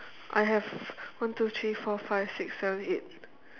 I have one two three four five six seven eight